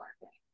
working